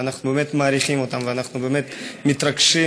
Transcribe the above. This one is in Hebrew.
ואנחנו באמת מעריכים אותם ואנחנו באמת מתרגשים